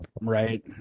right